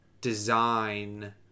design